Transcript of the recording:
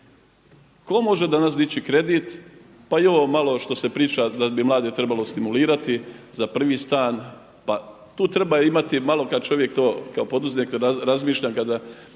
Ko može danas dići kredit pa i ovo malo što se priča da bi mlade trebalo stimulirati za pravi stan, pa tu treba imati malo kad čovjek to, kao poduzetnik razmišljam, kada